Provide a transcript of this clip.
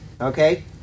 okay